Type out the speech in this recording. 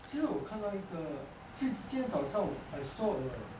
其实我看到一个就今天早上 I saw a